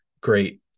great